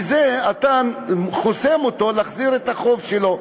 בזה אתה חוסם אותו מלהחזיר את החוב שלו.